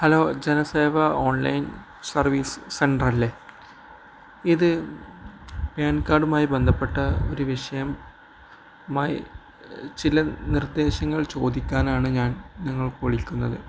hello Janaseva online service സെൻററല്ലേ ഇത് PAN കാർഡുമായി ബന്ധപ്പെട്ട ഒരു വിഷയവുമായി ചില നിർദ്ദേശങ്ങൾ ചോദിക്കാനാണ് ഞാൻ നിങ്ങളെ വിളിക്കുന്നത്